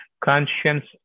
conscience